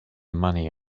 money